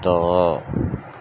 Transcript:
دو